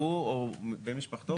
הוא או בן משפחתו.